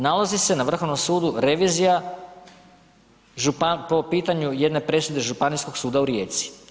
Nalazi se na Vrhovnom sudu revizija po pitanju jedne presude Županijskog suda u Rijeci.